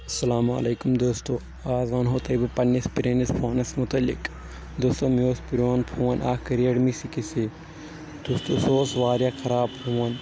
اسلامُ علیُکم دوستو از ونہو تۄہہِ بہٕ پننِس پرٲنِس فونس متعلِق دوستو مےٚ اوس پرون فون اکھ ریٚڈمی سِکِس اے دوستو سُہ اوس واریاہ خراب فون